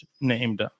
named